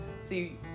See